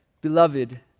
Beloved